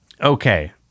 okay